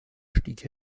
stieg